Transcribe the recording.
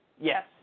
Yes